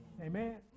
Amen